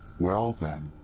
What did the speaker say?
well then.